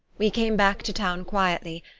we came back to town quietly,